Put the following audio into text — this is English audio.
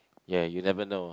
ya you never know